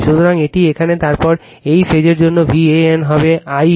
সুতরাং এটি এখানে তারপর এই ফেজের জন্য VAN হবে Ia